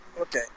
okay